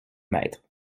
mètres